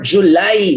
July